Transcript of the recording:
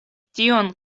tion